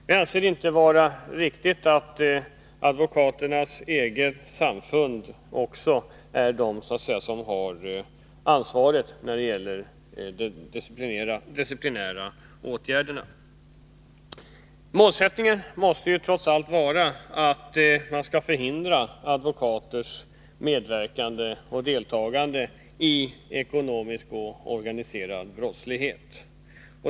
Vi anser att det inte är riktigt att advokaternas eget samfund också skall ha ansvaret när det gäller disciplinära åtgärder. Målet måste trots allt vara att man skall förhindra advokaters medverkan i organiserad ekonomisk brottslighet.